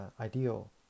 ideal